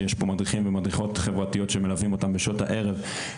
יש פה מדריכים ומדריכות חברתיות שמלווים אותם בשעות הערב.